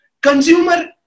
Consumer